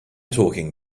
talking